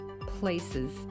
places